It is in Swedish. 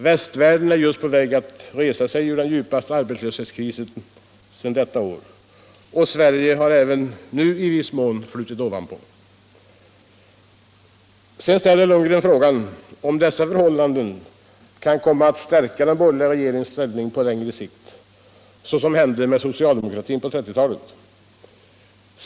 Västvärlden är just på väg att resa sig ur den djupaste arbetslöshetskrisen sedan detta år och Sverige har även nu flutit ovanpå i någon mån.” Sedan ställer Lundgren frågan om dessa förhållanden kan komma att stärka de borgerliga partiernas ställning på längre sikt såsom hände med socialdemokratin på 1930-talet.